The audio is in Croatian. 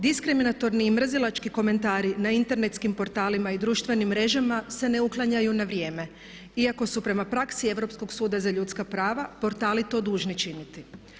Diskriminatorni i mrzilački komentari na internetskim portalima i društvenim mrežama se ne uklanjaju na vrijeme iako su prema praksi Europskog suda za ljudska prava portali to dužni činiti.